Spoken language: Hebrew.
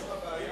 יש לך בעיה.